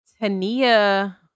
Tania